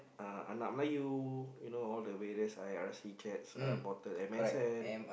uh !alamak! you you know all the way those I_R_C chats uh portal M_S_N